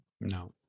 no